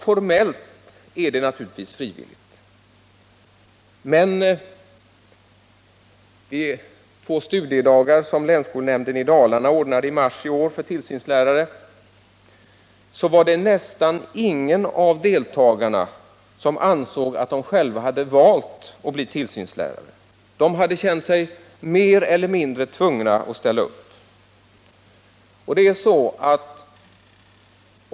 Formellt är det naturligtvis frivilligt, men på de två studiedagar som länsskolnämnden i Dalarna ordnade i mars i år för tillsynslärare var det nästan ingen av deltagarna som ansåg sig själv ha valt att bli tillsynslärare. De hade känt sig mer eller mindre tvungna att ställa upp.